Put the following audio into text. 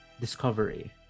discovery